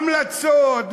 המלצות,